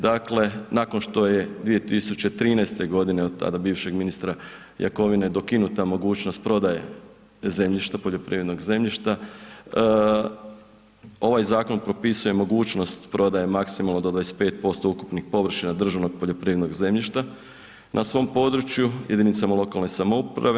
Dakle, nakon što je 2013. g. od tada bivšeg ministra Jakovine dokinuta mogućnost prodaje zemljišta, poljoprivrednog zemljišta, ovaj zakon propisuje mogućnost prodaje maksimalno do 25% ukupnih površina državnog poljoprivrednog zemljišta na svom području, jedinicama lokalne samouprave.